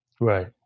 Right